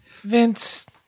Vince